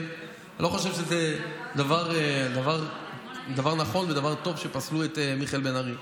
אני לא חושב שזה דבר נכון ודבר טוב שפסלו את מיכאל בן ארי,